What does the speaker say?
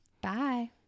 Bye